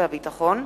חברי חברי הכנסת,